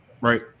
right